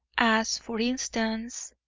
as, for instance